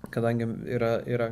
kadangi yra yra